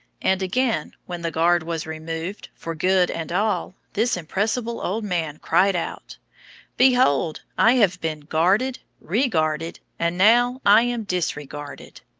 and again, when the guard was removed for good and all, this impressible old man cried out behold, i have been guarded, reguarded, and now i am disreguarded.